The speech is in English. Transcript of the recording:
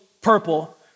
purple